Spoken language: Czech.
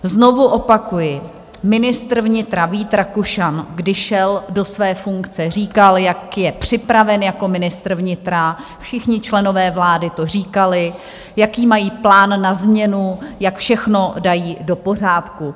Znovu opakuji, ministr vnitra Vít Rakušan, když šel do své funkce, říkal, jak je připraven jako ministr vnitra, všichni členové vlády to říkali, jaký mají plán na změnu, jak všechno dají do pořádku.